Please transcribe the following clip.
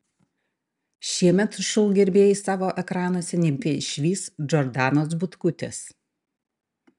šiemet šou gerbėjai savo ekranuose nebeišvys džordanos butkutės